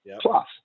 plus